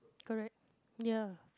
correct ya